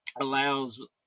allows